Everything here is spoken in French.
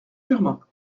germain